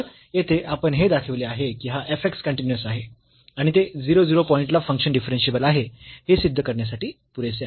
तर येथे आपण हे दाखविले आहे की हा f x कन्टीन्यूअस आहे आणि ते 0 0 पॉईंट ला फंक्शन डिफरन्शियेबल आहे हे सिद्ध करण्यासाठी पुरेसे आहे